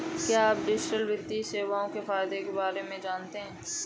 क्या आप डिजिटल वित्तीय सेवाओं के फायदों के बारे में जानते हैं?